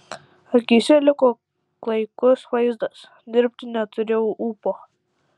akyse liko klaikus vaizdas dirbti neturėjau ūpo